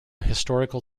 historical